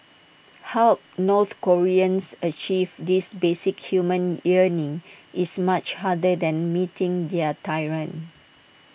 help north Koreans achieve this basic human yearning is much harder than meeting their tyrant